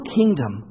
kingdom